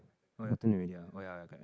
why your turn already ah why ah like that